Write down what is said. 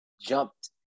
jumped